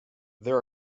there